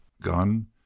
Gun